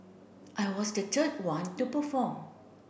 I was the third one to perform